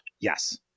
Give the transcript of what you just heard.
Yes